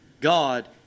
God